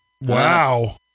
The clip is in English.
Wow